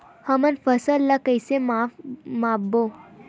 हमन फसल ला कइसे माप बो?